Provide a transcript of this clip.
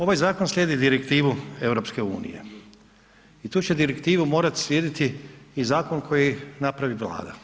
Ovaj zakon slijedi direktivu EU i tu će Direktivu morati slijediti i zakon koji napravi Vlada.